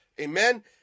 amen